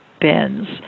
bins